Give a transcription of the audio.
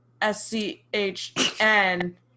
S-C-H-N